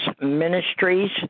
Ministries